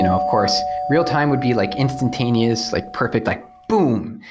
and of course, real-time would be like instantaneous, like perfect, like boom!